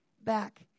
back